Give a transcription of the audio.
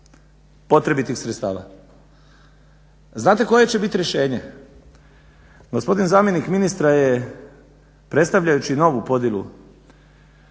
potrebitih sredstava. Znate koje će biti rješenje? Gospodin zamjenik ministra je predstavljajući novu podjelu